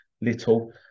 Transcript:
little